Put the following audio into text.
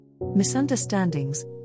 Misunderstandings